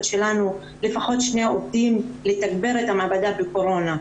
שלנו לפחות שני עובדים כדי לתגבר את המעבדה של קורונה.